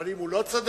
אבל אם הוא לא צודק,